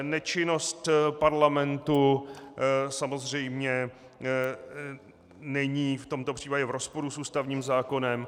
Nečinnost parlamentu samozřejmě není v tomto případě v rozporu s ústavním zákonem.